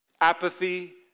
apathy